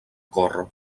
corro